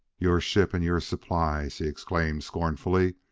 your ship and your supplies! he exclaimed scornfully.